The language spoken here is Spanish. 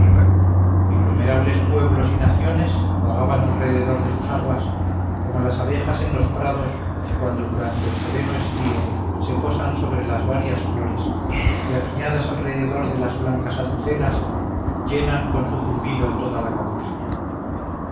innumerables pueblos y naciones vagaban alrededor de sus aguas como las abejas en los prados cuando durante el sereno estío se posan sobre las varias flores y apiñadas alrededor de las blancas azucenas llenan con su zumbido toda la campiña